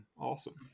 awesome